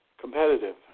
Competitive